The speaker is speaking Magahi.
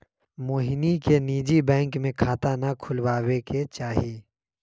मोहिनी के निजी बैंक में खाता ना खुलवावे के चाहि